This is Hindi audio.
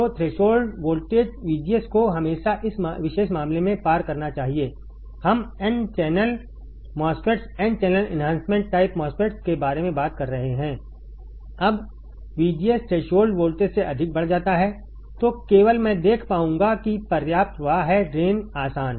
तो थ्रेशोल्ड वोल्टेज VGS को हमेशा इस विशेष मामले में पार करना चाहिए हम n channel MOSFETs n channel enhancement type MOSFETs के बारे में बात कर रहे हैं जब VGS थ्रेशोल्ड वोल्टेज से अधिक बढ़ जाता है तो केवल मैं देख पाऊंगा कि पर्याप्त प्रवाह है ड्रेन आसान